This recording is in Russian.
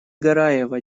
гараева